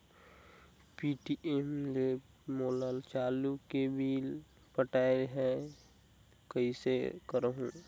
Paytm ले मोला आलू के बिल पटाना हे, कइसे करहुँ?